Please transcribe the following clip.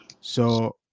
So-